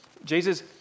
Jesus